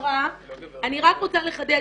אני רק רוצה לחדד,